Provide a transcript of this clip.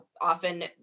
often